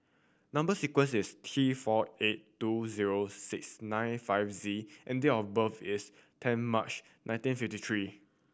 number sequence is T four eight two zero six nine five Z and date of birth is ten March nineteen fifty three